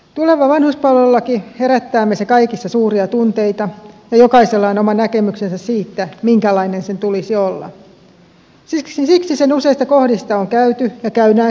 tuleva vanhuspalvelulaki herättää meissä kaikissa suuria tunteita ja jokaisella on oma näkemyksensä siitä minkälainen sen tulisi olla siksi sen useista kohdista on käyty ja käydään kiivasta keskustelua